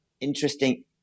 interesting